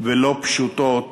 ולא פשוטות